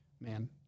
Man